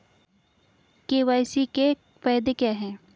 KYC के फायदे क्या है?